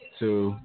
two